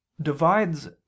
divides